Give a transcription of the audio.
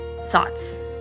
thoughts